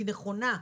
היא נכונה.